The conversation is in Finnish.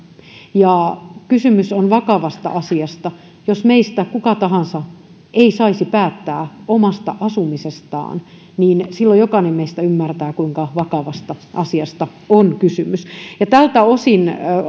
kysymys on vakavasta asiasta jos meistä kuka tahansa ei saisi päättää omasta asumisestaan niin silloin jokainen meistä ymmärtää kuinka vakavasta asiasta on kysymys tältä osin